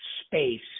space